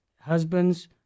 husbands